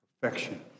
Perfection